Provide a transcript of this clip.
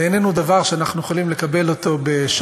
זה איננו דבר שאנחנו יכולים לקבל בשאננות.